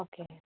okay